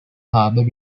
harbour